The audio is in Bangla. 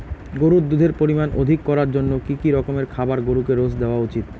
গরুর দুধের পরিমান অধিক করার জন্য কি কি রকমের খাবার গরুকে রোজ দেওয়া উচিৎ?